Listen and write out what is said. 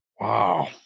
Wow